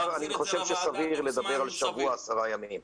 אני חושב שסביר לדבר על שבוע עד 10 ימים.